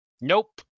Nope